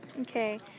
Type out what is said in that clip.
Okay